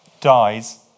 dies